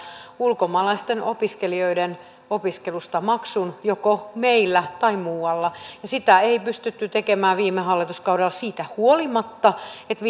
ulkomaalaisten opiskelijoiden opiskelusta maksun joko meillä tai muualla ja sitä ei pystytty tekemään viime hallituskaudella siitä huolimatta että